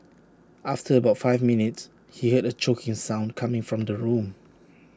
after about five minutes he heard A choking sound coming from the room